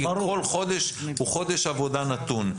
כי כל חודש הוא חודש עבודה נתון.